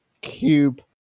cube